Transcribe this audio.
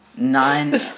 Nine